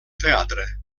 teatre